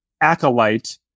acolyte